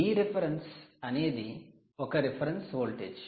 Vref అనేది ఒక reference voltage